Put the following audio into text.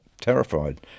terrified